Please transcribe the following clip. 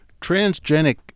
transgenic